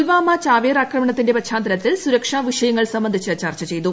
പുൽവാമ ചാവേറാക്രമണത്തിന്റെ പശ്ചാത്തലത്തിൽ സുരക്ഷാ വിഷയങ്ങൾ സംബന്ധിച്ച് ചർച്ച ചെയ്തു